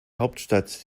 hauptstadt